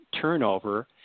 turnover